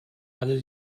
alle